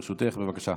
תודה.